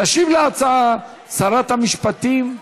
תשיב להצעה שרת המשפטים.